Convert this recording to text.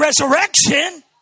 resurrection